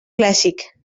clàssic